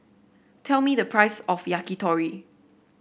tell me the price of Yakitori